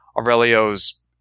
aurelio's